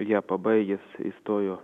ją pabaigęs įstojo